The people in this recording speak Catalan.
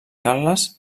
carles